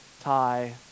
tie